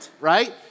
right